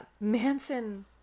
Manson